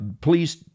please